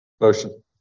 Motion